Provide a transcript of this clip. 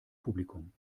publikum